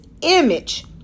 image